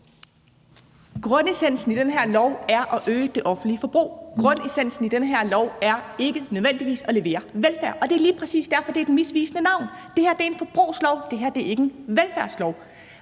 Grundessensen i den her lov er at øge det offentlige forbrug. Grundessensen i den her lov er ikke nødvendigvis at levere velfærd, og det er lige præcis derfor, det er et misvisende navn. Det her er en forbrugslov. Det her er ikke en velfærdslov.